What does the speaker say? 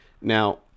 Now